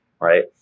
right